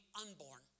unborn